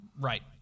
Right